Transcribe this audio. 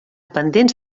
pendents